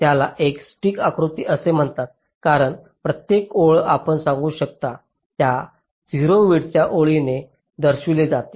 त्याला एक स्टिक आकृती असे म्हणतात कारण प्रत्येक ओळ आपण सांगू शकता त्या 0 विड्थच्या ओळीने दर्शविली जाते